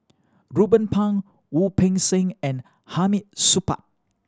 Ruben Pang Wu Peng Seng and Hamid Supaat